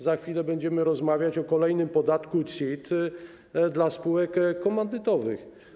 Za chwilę będziemy rozmawiać o kolejnym podatku CIT dla spółek komandytowych.